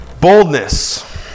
Boldness